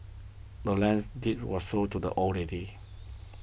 the land's deed was sold to the old lady